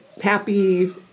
happy